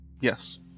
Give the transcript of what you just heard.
Yes